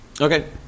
Okay